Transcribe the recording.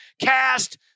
cast